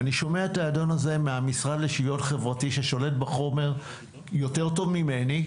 אני שומע את האדון הזה מהמשרד לשוויון חברתי ששולט בחומר יותר טוב ממני,